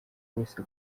wese